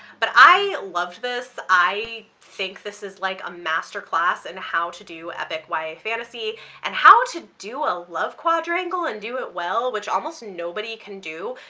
but i loved this. i think this is like a master class and how to do epic ya fantasy and how to do a love quadrangle and do it well, which almost nobody can do.